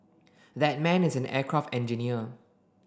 that man is an aircraft engineer